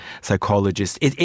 psychologist